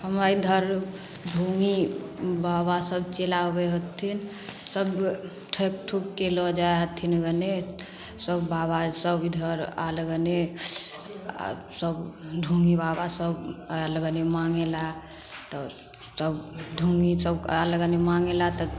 हमरा इधर ढोङ्गी बाबासभ चलि आबै हथिन सभ ठकि ठुकिके लऽ जाए हथिन गने सभ बाबासभ इधर आएल गने आओर सभ ढोङ्गी बाबासभ आएल गने माँगैले तऽ तब ढोङ्गी सभ आएल गने माँगैले तब